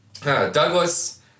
Douglas